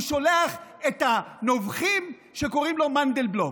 הוא שולח את הנובחים שקוראים לו "מנדלבלוף".